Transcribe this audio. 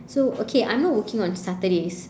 so okay I'm not working on saturdays